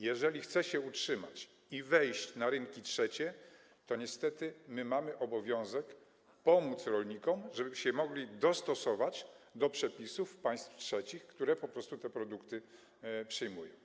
Jeżeli chce się utrzymać i wejść na rynki trzecie, to niestety mamy obowiązek pomóc rolnikom, żeby mogli się dostosować do przepisów państw trzecich, które po prostu te produkty przyjmują.